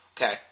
okay